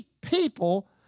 people